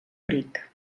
ric